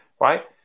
right